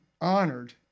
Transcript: honored